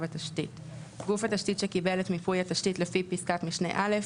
התשתית; גוף התשתית שקיבל את מיפוי התשתית לפי פסקת משנה (א),